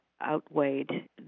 outweighed